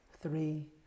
three